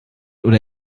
oder